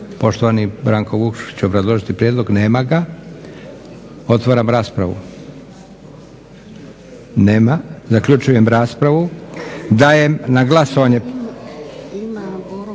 poštovani Branko Vukšić obrazložiti prijedlog? Nema ga. Otvaram raspravu. Nema. Zaključujem raspravu. Dajem na glasovanje